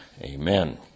Amen